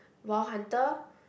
Wild Hunter